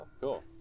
Cool